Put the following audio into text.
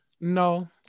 No